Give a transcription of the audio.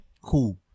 Cool